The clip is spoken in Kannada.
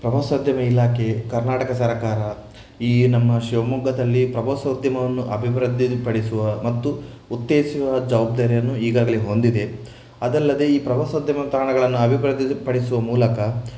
ಪ್ರವಾಸೋದ್ಯಮ ಇಲಾಖೆ ಕರ್ನಾಟಕ ಸರಕಾರ ಈ ನಮ್ಮ ಶಿವಮೊಗ್ಗದಲ್ಲಿ ಪ್ರವಾಸೋದ್ಯಮವನ್ನು ಅಭಿವೃದ್ಧಿಪಡಿಸುವ ಮತ್ತು ಉತ್ತೇಜಿಸುವ ಜವಾಬ್ದಾರಿಯನ್ನು ಈಗಾಗಲೇ ಹೊಂದಿದೆ ಅದಲ್ಲದೆ ಈ ಪ್ರವಾಸೋದ್ಯಮ ತಾಣಗಳನ್ನು ಅಭಿವೃದ್ಧಿಪಡಿಸುವ ಮೂಲಕ